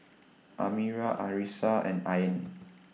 Amirah Arissa and Ain